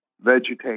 vegetation